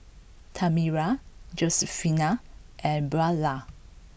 Tamera Josefina and Beulah